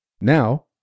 Now